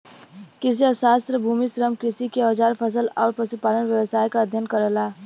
कृषि अर्थशास्त्र भूमि, श्रम, कृषि के औजार फसल आउर पशुपालन व्यवसाय क अध्ययन करला